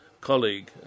colleague